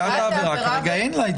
נפגעת העבירה כרגע אין לה את זה.